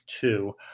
two